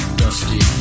dusty